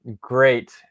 great